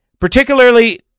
particularly